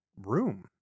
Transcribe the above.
room